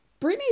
Britney